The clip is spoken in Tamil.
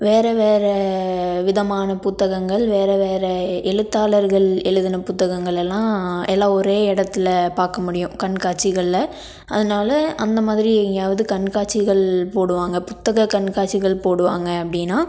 வேறு வேறு விதமான புத்தகங்கள் வேறு வேறு எழுத்தாளர்கள் எழுதுன புத்தகங்கள் எல்லாம் எல்லாம் ஒரே இடத்துல பார்க்க முடியும் கண்காட்சிகளில் அதனால அந்த மாதிரி எங்கேயாவது கண்காட்சிகள் போடுவாங் புத்தக கண்காட்சிகள் போடுவாங்க அப்படினா